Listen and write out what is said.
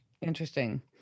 interesting